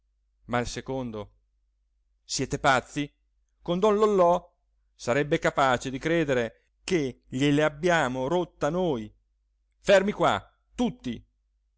ma il secondo siete pazzi con don lollò sarebbe capace di credere che gliel'abbiamo rotta noi fermi qua tutti